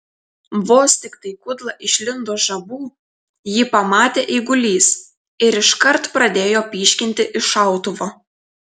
vos tiktai kudla išlindo žabų jį pamatė eigulys ir iškart pradėjo pyškinti iš šautuvo